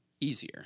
easier